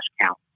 count